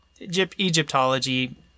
Egyptology